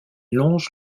longe